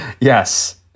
yes